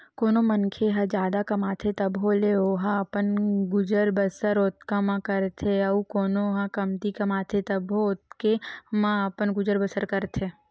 कोनो मनखे ह जादा कमाथे तभो ले ओहा अपन गुजर बसर ओतका म करथे अउ कोनो ह कमती कमाथे तभो ओतके म अपन गुजर बसर करथे